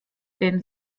den